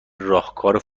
راهکار